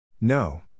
No